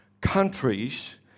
Countries